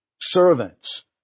servants